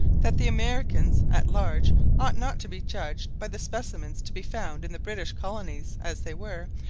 that the americans at large ought not to be judged by the specimens to be found in the british colonies, as they were,